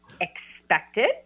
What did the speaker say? expected